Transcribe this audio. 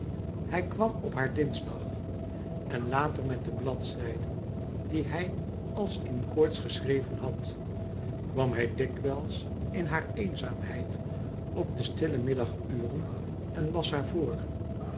hij kwam op haar dinsdag en later met de bladzijden die hij als in koorts geschreven had kwam hij dikwijls in haar eenzaamheid op de stille middaguren en las